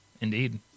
Indeed